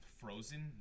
frozen